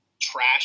trash